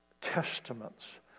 testaments